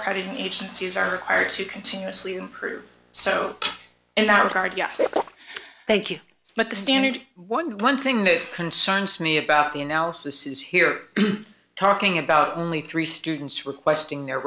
credit agencies are hired to continuously improve so in that regard yes thank you but the standard one the one thing that concerns me about the analysis is here talking about only three students requesting their